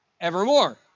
evermore